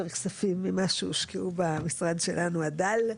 כספים ממה שהושקעו במשרד שלנו הדל.